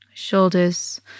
shoulders